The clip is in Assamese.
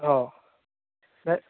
অঁ এ